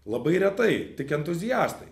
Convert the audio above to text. labai retai tik entuziastai